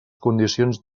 condicions